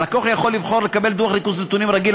הלקוח יכול לבחור לקבל דוח ריכוז נתונים רגיל,